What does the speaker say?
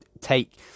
take